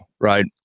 Right